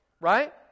right